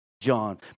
John